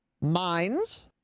Mines